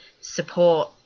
support